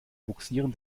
bugsieren